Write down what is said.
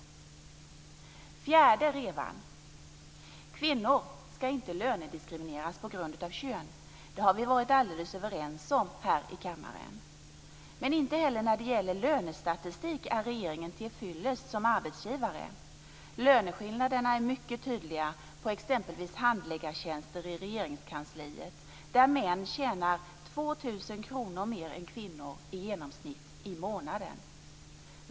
Den fjärde revan: Kvinnor ska inte lönediskrimineras på grund av kön - det har vi varit alldeles överens om här i kammaren. Men inte heller när det gäller lönestatistik är regeringen tillfyllest som arbetsgivare. Löneskillnaderna är mycket tydliga på exempelvis handläggartjänster i Regeringskansliet, där män i genomsnitt tjänar 2 000 kr mer i månaden än kvinnor.